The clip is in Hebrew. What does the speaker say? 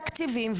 תקציבים,